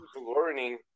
learning